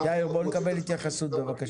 את האייפד ועוד מעט ממציאים עוד משהו.